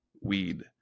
weed